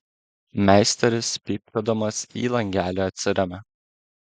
meisteris pypkiuodamas į langelį atsiremia